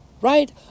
right